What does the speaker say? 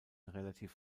relativ